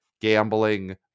Gambling